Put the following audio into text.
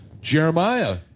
Jeremiah